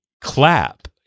clap